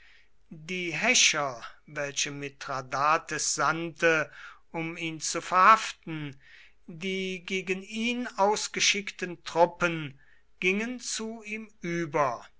die häscher welche mithradates sandte um ihn zu verhaften die gegen ihn ausgeschickten truppen gingen zu ihm über